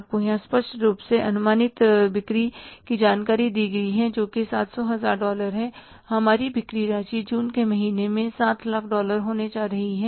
आपको यहां स्पष्ट रूप से अनुमानित बिक्री जानकारी दी गई है जो 700 हजार डॉलर है हमारी बिक्री राशि जून के महीने में 7 लाख डॉलर होने जा रही है